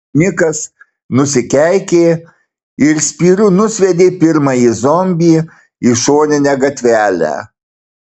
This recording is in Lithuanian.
nikas nusikeikė ir spyriu nusviedė pirmąjį zombį į šoninę gatvelę